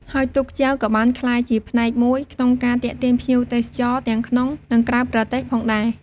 ហើយទូកចែវក៏បានក្លាយជាផ្នែកមួយក្នុងការទាក់ទាញភ្ញៀវទេសចរណ៍ទាំងក្នុង និងក្រៅប្រទេសផងដែរ។